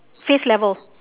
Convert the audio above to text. face level